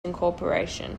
incorporation